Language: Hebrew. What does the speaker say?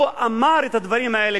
הוא אמר את הדברים האלה,